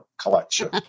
collection